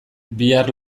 bihar